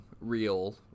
real